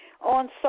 on